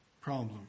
problem